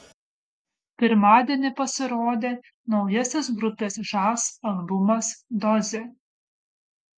pirmadienį pasirodė naujasis grupės žas albumas dozė